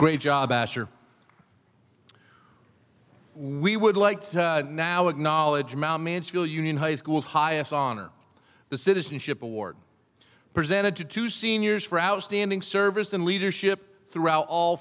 great job asher we would like to now acknowledge mount mansfield union high school highest honor the citizenship award presented to seniors for outstanding service and leadership throughout all